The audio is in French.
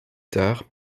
tard